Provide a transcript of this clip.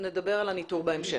כמו שאמרו, היו למעלה מ-30 תקלות.